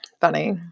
funny